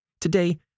Today